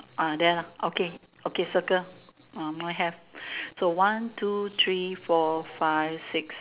ah there lah okay okay circle uh mine have so one two three four five six